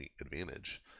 advantage